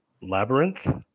labyrinth